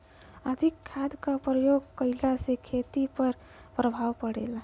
अधिक खाद क प्रयोग कहला से खेती पर का प्रभाव पड़ेला?